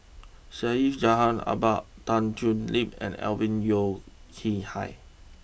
Syed Jaafar Albar Tan Thoon Lip and Alvin Yeo Khirn Hai